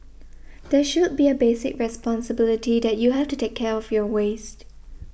there should be a basic responsibility that you have to take care of your waste